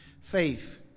Faith